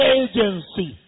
agency